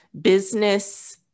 business